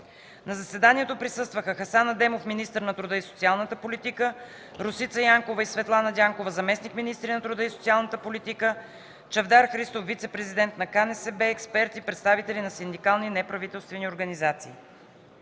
На заседанието присъстваха: Хасан Адемов – министър на труда и социалната политика, Росица Янкова и Светлана Дянкова – заместник-министри на труда и социалната политика, Чавдар Христов – вицепрезидент на КНСБ, експерти, представители на синдикални и неправителствени организации.